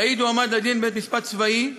קאיד הועמד לדין בבית-משפט צבאי,